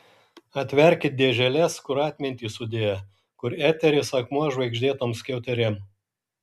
atverkit dėželes kur atmintį sudėję kur eteris akmuo žvaigždėtom skiauterėm